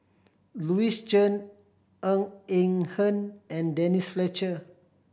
Louis Chen Ng Eng Hen and Denise Fletcher